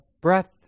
breath